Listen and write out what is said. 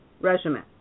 regimen